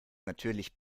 natürlich